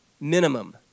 minimum